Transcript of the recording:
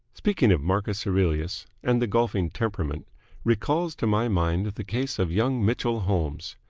speaking of marcus aurelius and the golfing temperament recalls to my mind the case of young mitchell holmes.